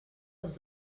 els